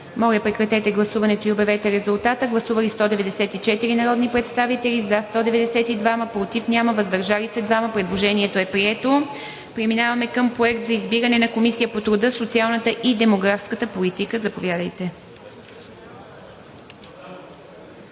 Моля, прекратете гласуването и обявете резултата. Гласували 194 народни представители: за 192, против няма, въздържали се 2. Предложението е прието. Преминаваме към Проект на решение за избиране на Комисия по труда, социалната и демографската политика. Заповядайте.